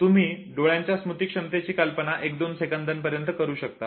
तुम्ही डोळ्यांच्या स्मृती क्षमतेची कल्पना 1 2 सेकंदांपर्यंत करू शकता